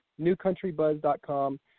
newcountrybuzz.com